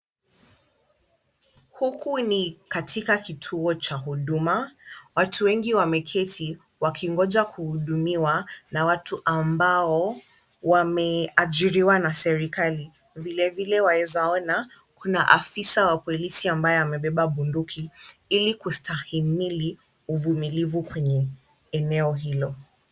Huku ni katika kituo cha huduma, watu wengi wameketi wakingoja kuhudumiwa na watu ambao wameajiriwa na serikali. Vilevile wawezaona kuna afisa wa polisi ambaye amebeba bunduki ili kustahimili uvumilivu kwenye eneo hilo.